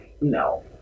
no